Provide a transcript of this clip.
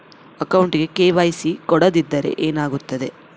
ಅಕೌಂಟಗೆ ಕೆ.ವೈ.ಸಿ ಕೊಡದಿದ್ದರೆ ಏನಾಗುತ್ತೆ?